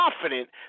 confident